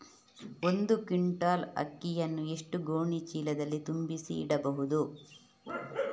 ಒಂದು ಕ್ವಿಂಟಾಲ್ ಅಕ್ಕಿಯನ್ನು ಎಷ್ಟು ಗೋಣಿಚೀಲದಲ್ಲಿ ತುಂಬಿಸಿ ಇಡಬಹುದು?